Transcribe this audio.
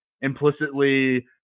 implicitly